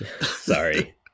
Sorry